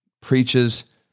preaches